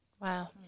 Wow